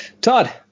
todd